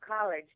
college